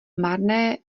marné